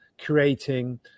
creating